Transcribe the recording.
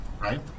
Right